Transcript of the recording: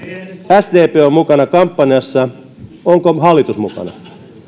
sdp on mukana kampanjassa onko hallitus mukana